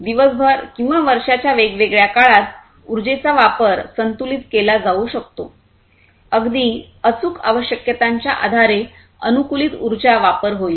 दिवसभर किंवा वर्षाच्या वेगवेगळ्या काळात उर्जेचा वापर संतुलित केला जाऊ शकतो अगदी अचूक आवश्यकतांच्या आधारे अनुकूलित उर्जा वापर होईल